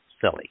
silly